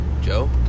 Joe